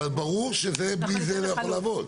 אבל ברור שזה בלי זה לא יכול לעבוד.